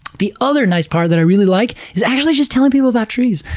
the other nice part, that i really like, is actually just telling people about trees.